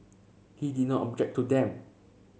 he did not object to them